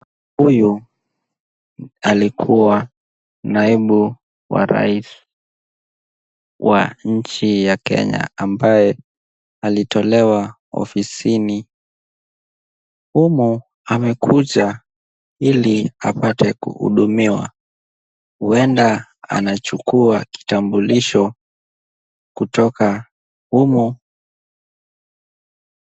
Huyu alikuwa naibu wa rais wa nchi ya Kenya ambaye alitolewa ofisini. Humu amekuja ili apate kuhudumiwa. Huenda anachukua kitambulisho kutoka humu.